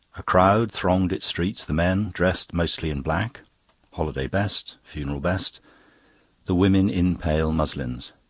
a crowd thronged its streets, the men dressed mostly in black holiday best, funeral best the women in pale muslins.